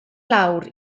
lawr